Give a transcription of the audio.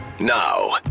now